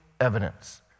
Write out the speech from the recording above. evidence